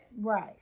Right